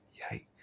Yikes